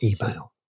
email